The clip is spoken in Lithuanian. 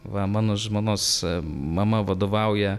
va mano žmonos mama vadovauja